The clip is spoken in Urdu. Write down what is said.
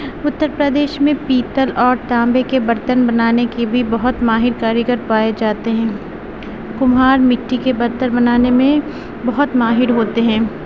اتر پردیش میں پیتل اور تانبے کے برتن بنانے کے بھی بہت ماہر کاریگر پائے جاتے ہیں کمہار مٹی کے برتن بنانے میں بہت ماہر ہوتے ہیں